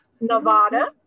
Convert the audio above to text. Nevada